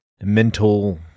mental